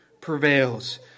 prevails